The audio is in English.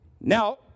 Now